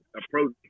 approach